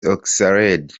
oxlade